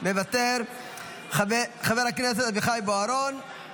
חבר הכנסת אביחי בוארון,